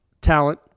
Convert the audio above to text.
talent